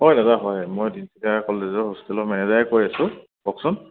হয় দাদা হয় মই তিনিচুকীয়া কলেজৰ হোষ্টেলৰ মেনেজাৰে কৈ আছোঁ কওকচোন